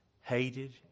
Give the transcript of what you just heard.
Hated